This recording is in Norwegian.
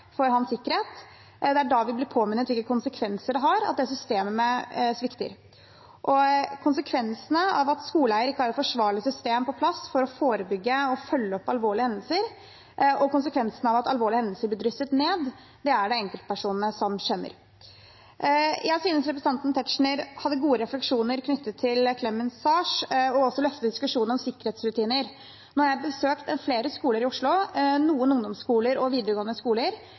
for hans sikkerhet, at vi blir påminnet hvilke konsekvenser det har at systemet svikter. Konsekvensene av at skoleeier ikke har et forsvarlig system på plass for å forebygge og følge opp alvorlige hendelser og konsekvensene av at alvorlige hendelser blir dysset ned, er det enkeltpersonene som kjenner. Jeg synes representanten Tetzschner hadde gode refleksjoner knyttet til Clemens Saers, og han løftet også diskusjonen om sikkerhetsrutiner. Nå har jeg besøkt flere skoler i Oslo, ungdomsskoler og videregående skoler,